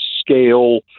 scale